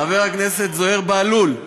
חבר הכנסת זוהיר בהלול,